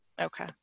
Okay